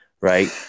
right